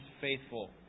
faithful